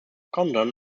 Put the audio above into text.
condon